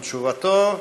על תשובתו.